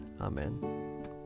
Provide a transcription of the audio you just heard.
Amen